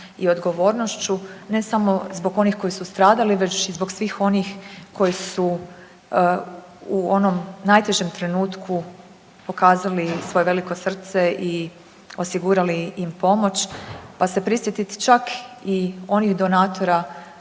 i odgovornošću ne samo zbog onih koji su stradali već i zbog svih onih koji su u onom najtežem trenutku pokazali svoje veliko srce i osigurali im pomoć, pa se prisjetiti čak i onih donatora